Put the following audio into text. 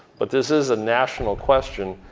but this is a national question,